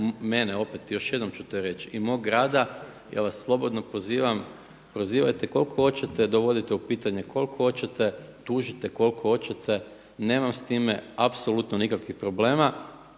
mene opet još jednom ću to reći i mog rada ja vas slobodno pozivam prozivajte koliko hoćete, dovodite u pitanje koliko hoćete, tužite koliko hoćete nemam s time apsolutno nikakvih problema